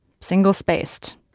single-spaced